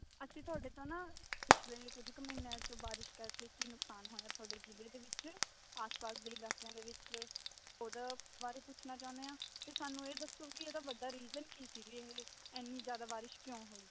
ਅਸੀਂ ਤੁਹਾਡੇ ਤੋਂ ਨਾ ਪਿਛਲੇ ਕੁਝ ਕੁ ਮਹੀਨਿਆਂ ਤੋਂ ਬਾਰਿਸ਼ ਕਰਕੇ ਕੀ ਨੁਕਸਾਨ ਹੋਇਆ ਤੁੁਹਾਡੇ ਜ਼ਿਲ੍ਹੇ ਦੇ ਵਿੱਚ ਆਸ ਪਾਸ ਦੇ ਇਲਾਕਿਆਂ ਦੇ ਵਿੱਚ ਉਹਦਾ ਬਾਰੇ ਪੁੱਛਣਾ ਚਾਹੁੰਦੇ ਹਾਂ ਅਤੇ ਸਾਨੂੰ ਇਹ ਦੱਸੋ ਕਿ ਇਹਦਾ ਵੱਡਾ ਰੀਜਨ ਕੀ ਸੀ ਵੀ ਇਹ ਐਨੀ ਜ਼ਿਆਦਾ ਬਾਰਿਸ਼ ਕਿਉਂ ਹੋਈ